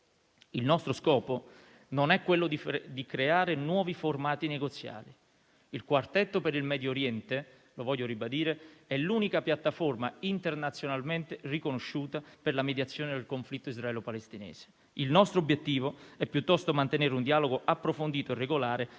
Il nostro scopo non è creare nuovi formati negoziali. Il Quartetto per il Medio Oriente - lo voglio ribadire - è l'unica piattaforma internazionalmente riconosciuta per la mediazione del conflitto israelo-palestinese. Il nostro obiettivo è, piuttosto, mantenere un dialogo approfondito e regolare